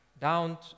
down